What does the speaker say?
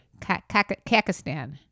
Kakistan